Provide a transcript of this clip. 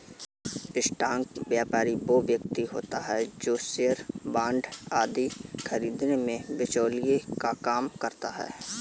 stock व्यापारी वो व्यक्ति होता है जो शेयर बांड आदि खरीदने में बिचौलिए का काम करता है